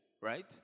right